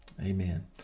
Amen